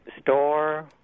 store